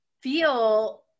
feel